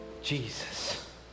Jesus